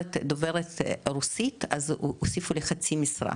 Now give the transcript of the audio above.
מגרשת דוברת רוסית אז הוסיפו לחצי משרה,